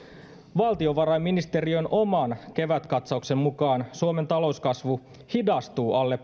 valtiovarainministeriön oman kevätkatsauksen mukaan suomen talouskasvu hidastuu alle